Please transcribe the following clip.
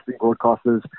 broadcasters